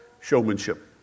showmanship